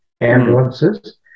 ambulances